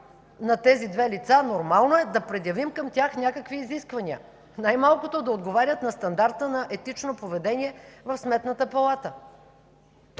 на тези две лица, нормално е да предявим към тях някакви изисквания, най-малкото да отговарят на стандарта на етично поведение в Сметната палата,